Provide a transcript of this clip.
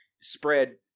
spread